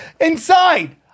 inside